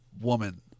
woman